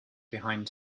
behind